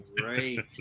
Great